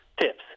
tips